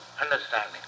understanding